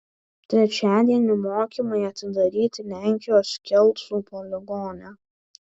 trečiadienį mokymai atidaryti lenkijos kelcų poligone